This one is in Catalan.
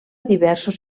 diversos